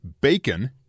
Bacon